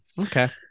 Okay